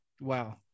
wow